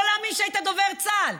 לא להאמין שהיית דובר צה"ל,